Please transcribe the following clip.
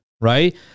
Right